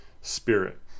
spirit